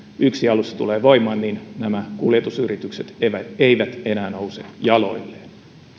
alussa tulee voimaan nämä kuljetusyritykset eivät eivät enää nouse jaloilleen